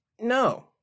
No